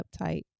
uptight